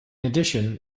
addition